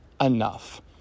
enough